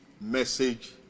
message